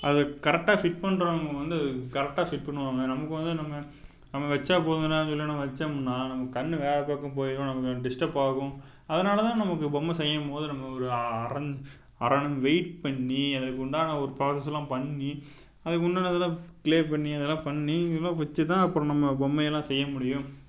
அது கரெக்டாக ஃபிட் பண்ணுறவங்க வந்து கரெக்டாக ஃபிட் பண்ணுவாங்கள் நமக்கு வந்து நம்ம நம்ம வச்சா போதும்ன சொல்லி நம்ம வச்சம்னா நமக்கு கண் வேற பக்கம் போயிடும் நமக்கு டிஸ்டர்ப் ஆகும் அதனால தான் நமக்கு பொம்மை செய்யும் போது நம்ம ஒரு அரஞ் அரனம் வெயிட் பண்ணி அதுக்கு உண்டான ஒரு ப்ராஸஸ்லாம் பண்ணி அதுக்கு உண்டானதுலாம் க்ளே பண்ணி அதெலாம் பண்ணி இதெலாம் வச்சி தான் அப்புறம் நம்ம பொம்மையெல்லாம் செய்ய முடியும்